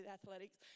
athletics